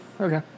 Okay